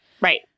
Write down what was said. Right